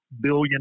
billion